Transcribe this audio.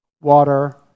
water